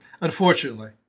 unfortunately